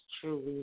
truly